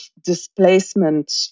displacement